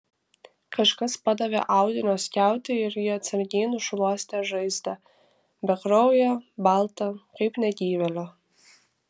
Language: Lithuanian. kažkas padavė audinio skiautę ir ji atsargiai nušluostė žaizdą bekrauję baltą kaip negyvėlio